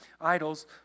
idols